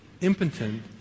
impotent